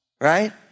right